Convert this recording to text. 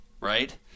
right